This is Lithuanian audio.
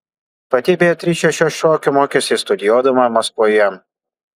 pati beatričė šio šokio mokėsi studijuodama maskvoje